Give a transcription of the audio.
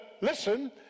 listen